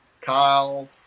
Kyle